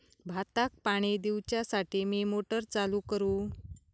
भाताक पाणी दिवच्यासाठी मी मोटर चालू करू?